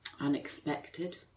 Unexpected